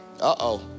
Uh-oh